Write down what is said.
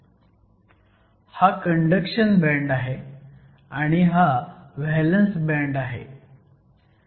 ह आ conduction band आहे आणि हा व्हॅलंस बँड आहे